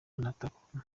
onatracom